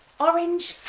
orange,